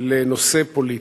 לנושא פוליטי.